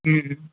जी